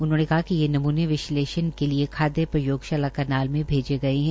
उन्होंने कहा कि ये नमूने विशेलषण के लिये खादय प्रयोगशाला करनाल में भेजे गये है